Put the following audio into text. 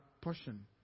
portion